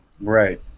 Right